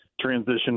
transition